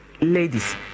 ladies